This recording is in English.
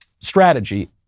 strategy